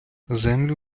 землю